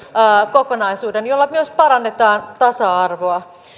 kokonaisuuden jolla myös parannetaan tasa arvoa